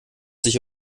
sich